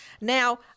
now